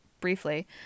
briefly